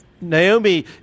Naomi